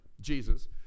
Jesus